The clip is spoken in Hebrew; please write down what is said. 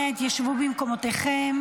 אנא התיישבו במקומותיכם.